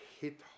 hit